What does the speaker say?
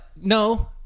No